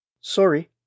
Sorry